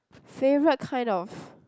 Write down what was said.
favourite kind of